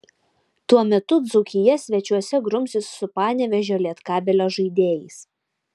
tuo metu dzūkija svečiuose grumsis su panevėžio lietkabelio žaidėjais